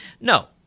No